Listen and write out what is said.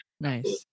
Nice